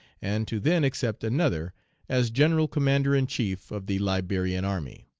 and to then accept another as general commander-in-chief of the liberian army.